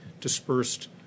dispersed